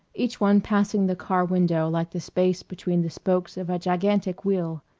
each one passing the car window like the space between the spokes of a gigantic wheel,